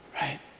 Right